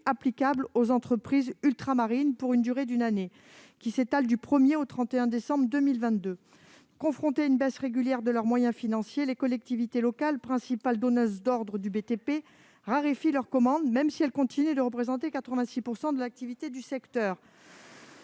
applicable aux entreprises ultramarines pour une durée d'une année s'étendant du 1 au 31 décembre 2022. Confrontées à une baisse régulière de leurs moyens financiers, les collectivités locales, principales donneuses d'ordre du BTP, raréfient leurs commandes, même si elles continuent de représenter 86 % de l'activité du secteur.